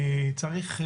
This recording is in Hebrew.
צריך,